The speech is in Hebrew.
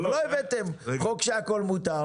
לא הבאתם חוק שהכול מותר.